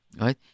right